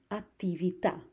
attività